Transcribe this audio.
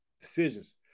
Decisions